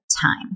time